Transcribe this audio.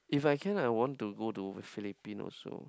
if I can I want to go to Philippines also